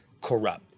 corrupt